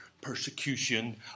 persecution